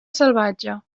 salvatge